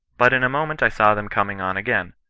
but in a moment i saw them coming on again,